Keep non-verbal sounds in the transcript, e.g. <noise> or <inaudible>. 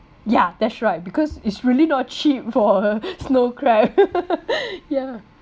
yeah that's right because it's really not cheap for a snow crab <laughs> ya